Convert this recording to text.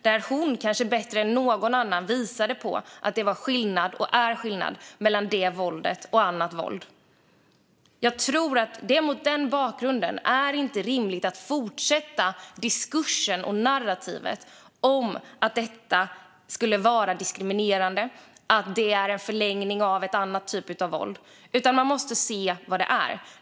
Men hon visade kanske bättre än någon annan på att det var skillnad - och är skillnad - mellan det våldet och annat våld. Jag tror att det mot den bakgrunden inte är rimligt att fortsätta diskursen och narrativet om att detta skulle vara diskriminerande och att det är en förlängning av en annan typ av våld, utan man måste se vad det är.